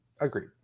Agreed